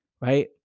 right